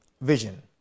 vision